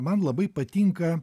man labai patinka